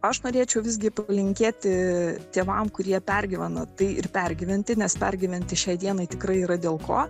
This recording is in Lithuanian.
aš norėčiau visgi palinkėti tėvam kurie pergyvena tai ir pergyventi nes pergyventi šiai dienai tikrai yra dėl ko